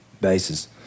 bases